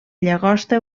llagosta